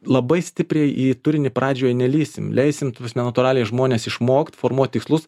labai stipriai į turinį pradžioje nelįsim leisim na natūraliai žmones išmokt formuoti tikslus